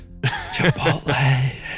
Chipotle